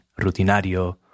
rutinario